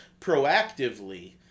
proactively